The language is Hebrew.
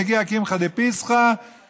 מגיע קמחא דפסחא,